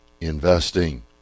investing